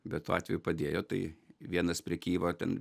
bet tuo atveju padėjo tai vienas prie kijevo ten